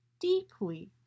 deeply